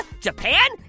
Japan